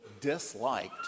disliked